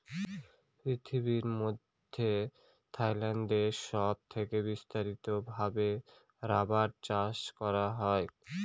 পৃথিবীর মধ্যে থাইল্যান্ড দেশে সব থেকে বিস্তারিত ভাবে রাবার চাষ করা হয়